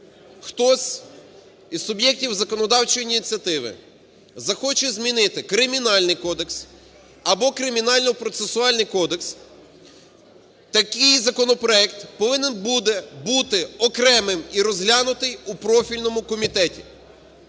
хтось із суб'єктів законодавчої ініціативи захоче змінити Кримінальний кодекс або Кримінально-процесуальний кодекс, такий законопроект повинен буде бути окремим і розглянутий у профільному комітеті.